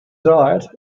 diet